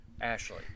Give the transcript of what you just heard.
Ashley